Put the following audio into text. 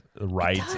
Right